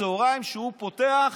שהוא פותח